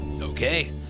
Okay